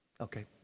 Okay